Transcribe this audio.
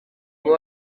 ngo